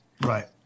Right